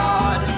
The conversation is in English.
God